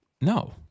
No